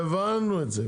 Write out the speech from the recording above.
הבנו את זה.